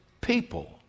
people